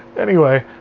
anyway,